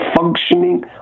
functioning